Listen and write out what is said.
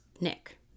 Nick